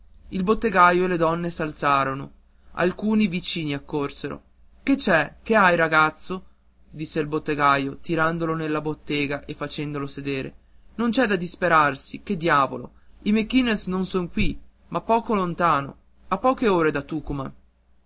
il bottegaio e le donne s'alzarono alcuni vicini accorsero che c'è che hai ragazzo disse il bottegaio tirandolo nella bottega e facendolo sedere non c'è da disperarsi che diavolo i mequinez non sono qui ma poco lontano a poche ore da tucuman dove